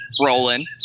rolling